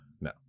No